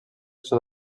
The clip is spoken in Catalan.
sud